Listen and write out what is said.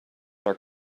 are